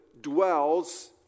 dwells